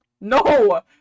No